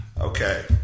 Okay